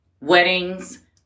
weddings